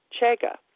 Chaga